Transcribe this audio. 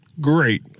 Great